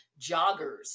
joggers